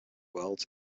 worlds